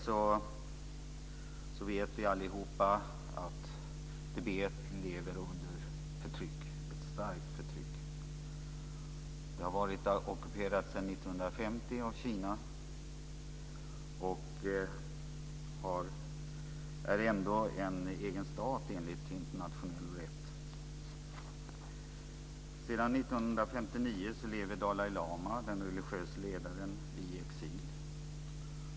Vi vet alla att Tibet lever under ett starkt förtryck. Det har varit ockuperat av Kina sedan 1950, och det är ändå en egen stat enligt internationell rätt. Sedan 1959 lever Dalai lama, den religiöse ledaren, i exil.